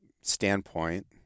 standpoint